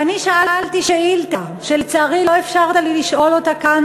ואני שאלתי שאילתה שלצערי לא אפשרת לי לשאול אותה כאן,